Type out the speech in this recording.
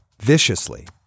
viciously